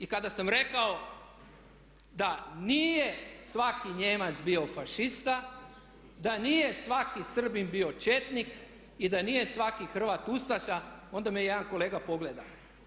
I kada sam rekao da nije svaki Nijemac bio fašista, da nije svaki Srbin bio četnik i da nije svaki Hrvat ustaša onda me je jedan kolega pogledao.